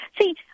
See